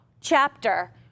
chapter